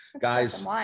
guys